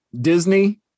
Disney